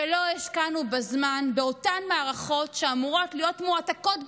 ולא השקענו בזמן באותן מערכות שאמורות להיות מועתקות בחירום,